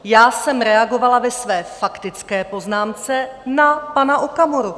Já jsem reagovala ve své faktické poznámce na pana Okamuru.